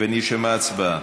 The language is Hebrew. ונרשמה הצבעה.